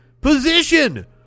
position